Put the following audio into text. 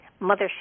mothership